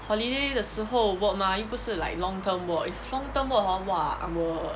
holiday 的时候 work mah 又不是 like long term work if long term work hor !wah! I will